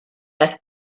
das